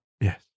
Yes